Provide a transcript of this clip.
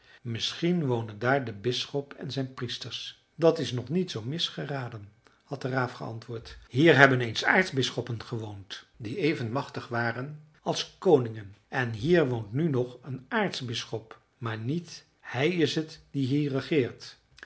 misschien wonen daar de bisschop en zijn priesters dat is nog niet zoo misgeraden had de raaf geantwoord hier hebben eens aartsbisschoppen gewoond die even machtig waren als koningen en hier woont nu nog een aartsbisschop maar niet hij is t die hier regeert